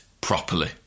properly